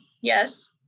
yes